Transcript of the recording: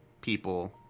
people